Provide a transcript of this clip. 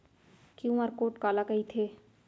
QR code काला कहिथे?